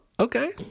Okay